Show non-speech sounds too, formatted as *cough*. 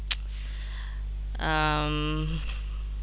*noise* um